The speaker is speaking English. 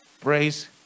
Praise